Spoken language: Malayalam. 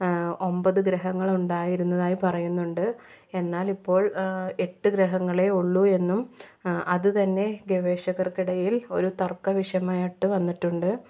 ഒമ്പത് ഗ്രഹങ്ങളുണ്ടായിരുന്നതായി പറയുന്നുണ്ട് എന്നാലിപ്പോൾ എട്ട് ഗ്രഹങ്ങളേ ഉള്ളൂ എന്നും അത് തന്നെ ഗവേഷകർക്കിടയിൽ ഒരു തർക്കവിഷയമായിട്ട് വന്നിട്ടുണ്ട്